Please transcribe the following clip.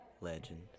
legend